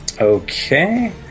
Okay